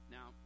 Now